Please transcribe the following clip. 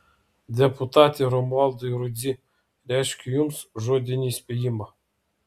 deputate romualdai rudzy reiškiu jums žodinį įspėjimą